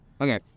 Okay